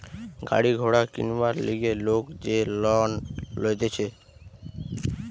গাড়ি ঘোড়া কিনবার লিগে লোক যে লং লইতেছে